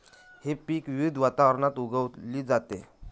हे पीक विविध वातावरणात उगवली जाते